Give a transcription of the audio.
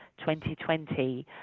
2020